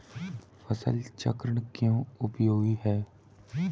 फसल चक्रण क्यों उपयोगी है?